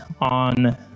on